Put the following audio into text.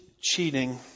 cheating